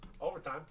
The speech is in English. Overtime